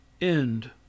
End